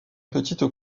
petite